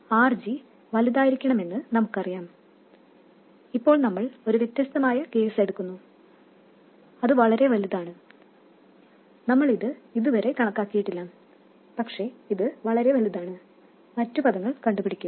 RG വലുതായിരിക്കണമെന്ന് നമുക്കറിയാം ഇപ്പോൾ നമ്മൾ ഒരു വ്യത്യസ്തമായ കേസ് എടുക്കുന്നു അത് വളരെ വലുതാണ് നമ്മൾ ഇത് ഇതുവരെ കണക്കാക്കിയിട്ടില്ല പക്ഷേ ഇത് വളരെ വലുതാണ് മറ്റ് പദങ്ങൾ കണ്ടുപിടിക്കുക